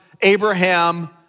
Abraham